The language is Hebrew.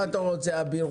מה אתה רוצה, אביר?